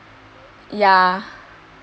ya